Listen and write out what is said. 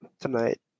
tonight